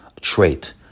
trait